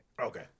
Okay